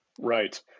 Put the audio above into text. Right